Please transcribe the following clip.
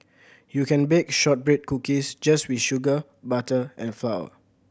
you can bake shortbread cookies just with sugar butter and flour